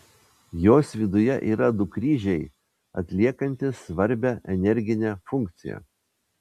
jos viduje yra du kryžiai atliekantys svarbią energinę funkciją